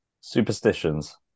Superstitions